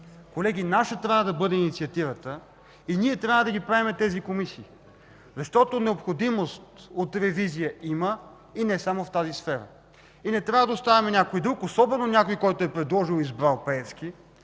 Колеги, наша трябва да бъде инициативата и ние трябва да правим тези комисии, защото необходимост от ревизия има и не само в тази сфера. Не трябва да оставяме някой друг, особено някой, който е предложил и избрал Пеевски,